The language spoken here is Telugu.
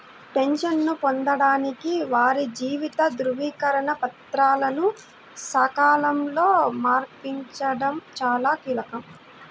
పెన్షన్ను పొందడానికి వారి జీవిత ధృవీకరణ పత్రాలను సకాలంలో సమర్పించడం చాలా కీలకం